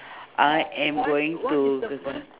I am going to google